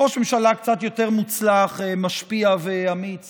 ראש ממשלה קצת יותר מוצלח, משפיע ואמיץ